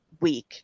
week